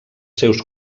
seus